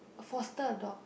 foster a dog